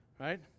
Right